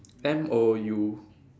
M O U